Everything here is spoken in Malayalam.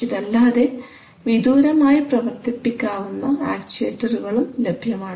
ഇതല്ലാതെ വിദൂരമായി പ്രവർത്തിപ്പിക്കാവുന്ന ആക്ച്ചുവെറ്റർകളും ലഭ്യമാണ്